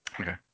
Okay